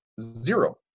zero